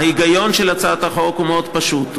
ההיגיון של הצעת החוק הוא מאוד פשוט,